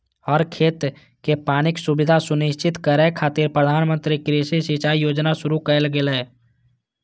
हर खेत कें पानिक सुविधा सुनिश्चित करै खातिर प्रधानमंत्री कृषि सिंचाइ योजना शुरू कैल गेलै